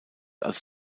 als